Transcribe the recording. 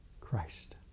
Christ